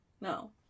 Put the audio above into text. No